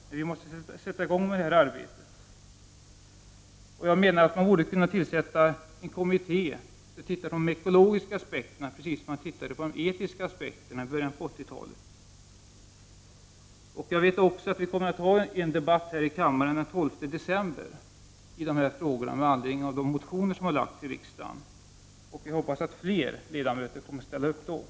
Arbetet måste sättas i gång, och en kommitté borde kunna tillsättas som ser på de ekologiska aspekterna på samma sätt som man studerade de etiska aspekterna i början av 1980-talet. Den 12 december kommer vi att ha en debatt här i kammaren om dessa frågor med anledning av de motioner som väckts i riksdagen. Jag hoppas att fler ledamöter än i dag då kommer att ställa upp i debatten.